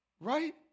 right